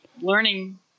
learning